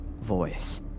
voice